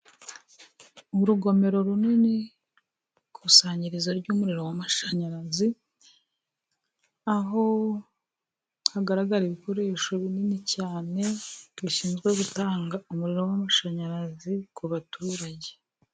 Urugomero runini, ikusanyirizo ry'umuriro w'amashanyarazi, aho hagaragara ibikoresho binini cyane bishinzwe gutanga umuriro w'amashanyarazi ku baturage.